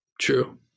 True